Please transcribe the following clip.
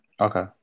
Okay